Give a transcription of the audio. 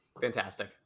Fantastic